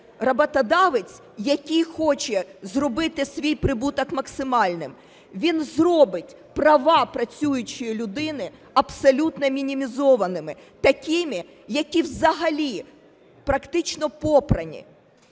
роботодавець, який хоче зробити свій прибуток максимальним, він зробить, права працюючої людини абсолютно мінімізованими, такими, які взагалі практично попрані.